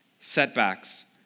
Setbacks